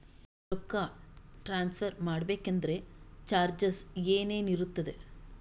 ರೊಕ್ಕ ಟ್ರಾನ್ಸ್ಫರ್ ಮಾಡಬೇಕೆಂದರೆ ಚಾರ್ಜಸ್ ಏನೇನಿರುತ್ತದೆ?